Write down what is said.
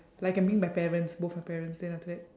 like can bring my parents both my parents then after that